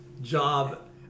job